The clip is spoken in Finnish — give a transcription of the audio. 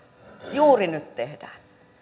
juuri nyt tehdään